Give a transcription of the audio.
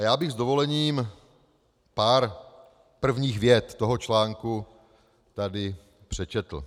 Já bych s dovolením pár prvních vět toho článku tady přečetl: